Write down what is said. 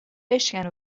بشکن